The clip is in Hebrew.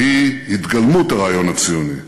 שהיא התגלמות הרעיון הציוני.